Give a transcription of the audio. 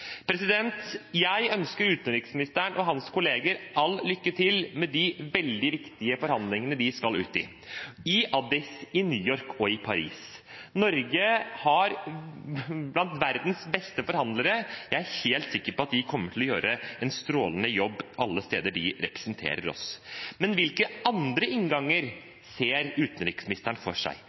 Jeg ønsker utenriksministeren og hans kolleger all lykke til med de veldig viktige forhandlingene de skal ut i, i Addis Abeba, i New York og i Paris. Norge har noen av verdens beste forhandlere, og jeg er helt sikker på at de kommer til å gjøre en strålende jobb alle steder de representerer oss. Men hvilke andre innganger ser utenriksministeren for seg?